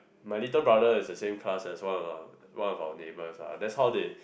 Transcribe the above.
my little brother is the same class as one of our one of our neighbours ah that's how they